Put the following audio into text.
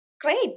Great